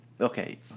Okay